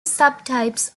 subtypes